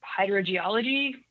hydrogeology